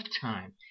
time